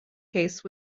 case